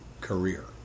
career